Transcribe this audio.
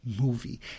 movie